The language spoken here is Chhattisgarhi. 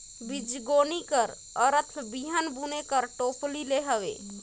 बीजगोनी कर अरथ बीहन बुने कर टोपली ले हवे